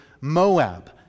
Moab